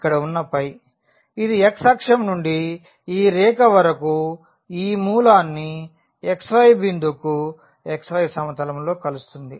ఇక్కడ ఉన్న ఫై ఇది x అక్షం నుండి ఈ రేఖ వరకు ఈ మూలాన్ని xy బిందువుకు xy సమతలంలో కలుస్తుంది